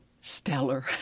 stellar